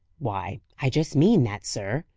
why, i just mean that, sir,